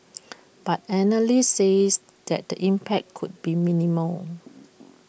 but analysts says that the impact could be minimal